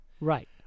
Right